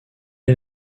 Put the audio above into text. est